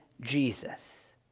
Jesus